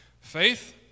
faith